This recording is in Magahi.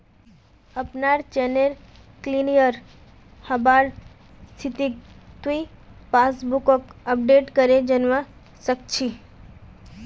अपनार चेकेर क्लियर हबार स्थितिक तुइ पासबुकक अपडेट करे जानवा सक छी